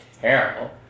terrible